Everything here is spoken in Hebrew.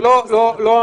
זה לא נמנע.